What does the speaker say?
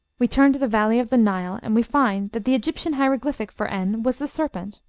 we turn to the valley of the nile, and we find that the egyptian hieroglyphic for n was the serpent,